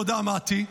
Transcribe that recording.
תודה, מטי.